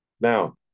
Now